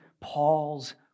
Paul's